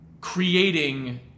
creating